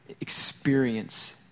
experience